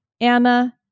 Anna